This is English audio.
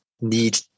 need